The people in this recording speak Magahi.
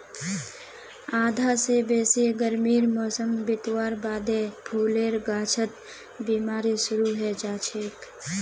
आधा स बेसी गर्मीर मौसम बितवार बादे फूलेर गाछत बिमारी शुरू हैं जाछेक